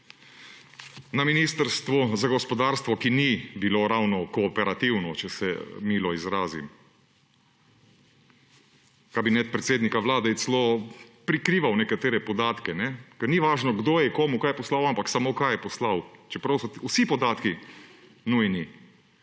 na Ministrstvu za gospodarstvo, ki ni bilo ravno kooperativno, če se milo izrazim. Kabinet predsednika Vlade je celo prikrival nekatere podatke, ker ni važno, kdo je komu kaj poslal, ampak samo kaj je poslal, čeprav so vsi podatki nujni